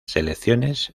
selecciones